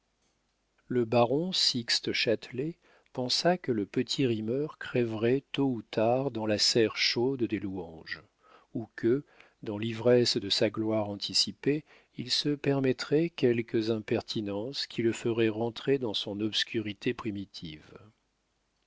le baron sixte châtelet pensa que le petit rimeur crèverait tôt ou tard dans la serre chaude des louanges ou que dans l'ivresse de sa gloire anticipée il se permettrait quelques impertinences qui le feraient rentrer dans son obscurité primitive